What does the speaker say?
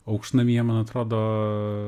aukštnamie man atrodo